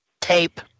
Tape